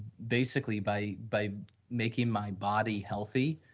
basically by by making my body healthy,